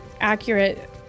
accurate